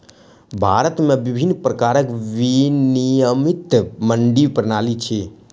भारत में विभिन्न प्रकारक विनियमित मंडी प्रणाली अछि